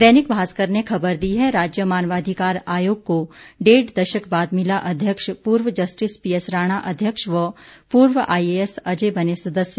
दैनिक भास्कर ने खबर दी है राज्य मानवाधिकार आयोग को डेढ़ दशक बाद मिला अध्यक्ष पूर्व जस्टिस पीएस राणा अध्यक्ष व पूर्व आईएएस अजय बने सदस्य